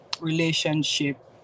relationship